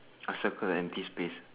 I circled an empty space